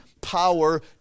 power